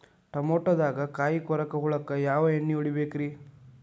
ಟಮಾಟೊದಾಗ ಕಾಯಿಕೊರಕ ಹುಳಕ್ಕ ಯಾವ ಎಣ್ಣಿ ಹೊಡಿಬೇಕ್ರೇ?